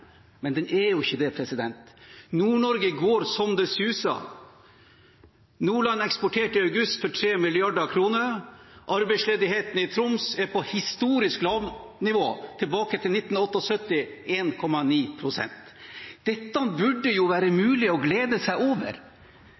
Men den er ikke det. Nord-Norge går så det suser. Nordland eksporterte i august for 3 mrd. kr. Arbeidsledigheten i Troms er på et historisk lavt nivå – tilbake til 1978 – på 1,9 pst. Dette burde det være mulig å glede seg over.